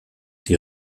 die